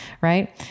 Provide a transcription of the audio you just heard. Right